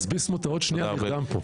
תודה.